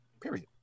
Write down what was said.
Period